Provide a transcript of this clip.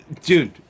dude